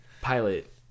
pilot